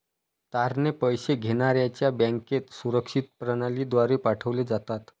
तारणे पैसे घेण्याऱ्याच्या बँकेत सुरक्षित प्रणालीद्वारे पाठवले जातात